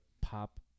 pop